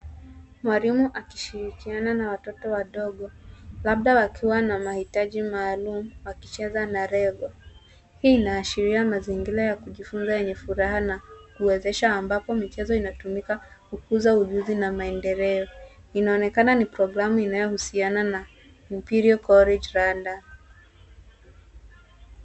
Mwalimu akishirikiana na watoto wadogo labda wakiwa na mahitaji maalum wakicheza na Lego. Hii inaashiria mazingira ya kujifunza yenye furaha na kuwezesha ambapo michezo inatumika kukuza ujuzi na maendeleo. Inaonekana ni programu inayohusiana na Imperial College London.